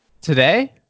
Today